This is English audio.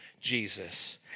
Jesus